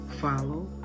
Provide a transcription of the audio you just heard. follow